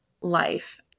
life